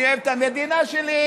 אני אוהב את המדינה שלי,